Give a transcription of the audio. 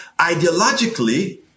ideologically